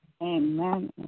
Amen